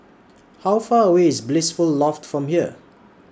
How Far away IS Blissful Loft from here